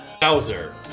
Bowser